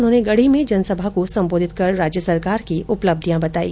उन्होंने गढ़ी में जनसभा को संबोधित कर राज्य सरकार की उपलब्धियां बताई